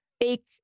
fake